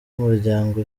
umuryango